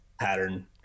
pattern